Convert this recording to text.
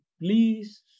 please